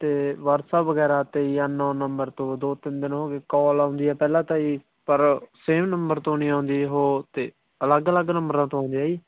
ਅਤੇ ਵਟਸਐਪ ਵਗੈਰਾ 'ਤੇ ਅਨਨੋਨ ਨੰਬਰ ਤੋਂ ਦੋ ਤਿੰਨ ਦਿਨ ਹੋ ਗਏ ਕਾਲ ਆਉਂਦੀ ਆ ਪਹਿਲਾਂ ਤਾਂ ਜੀ ਪਰ ਸੇਮ ਨੰਬਰ ਤੋਂ ਨਹੀਂ ਆਉਂਦੀ ਉਹ ਅਤੇ ਅਲੱਗ ਅਲੱਗ ਨੰਬਰਾਂ ਤੋਂ ਆਉਂਦੀ ਆ ਜੀ